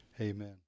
Amen